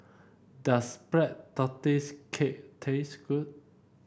does Black Tortoise Cake taste good